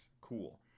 Cool